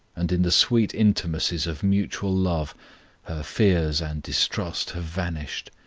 and in the sweet intimacies of mutual love her fears and distrust have vanished,